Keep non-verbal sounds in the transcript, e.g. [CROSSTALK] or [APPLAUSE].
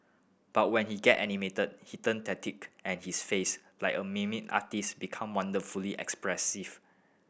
but when he get animated he turn [UNINTELLIGIBLE] and his face like a [UNINTELLIGIBLE] artist's become wonderfully expressive